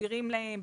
מסבירים להם,